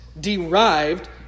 derived